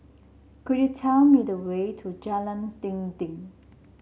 could you tell me the way to Jalan Dinding